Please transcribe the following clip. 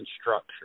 structure